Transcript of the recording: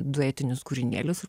du etinius kūrinėlius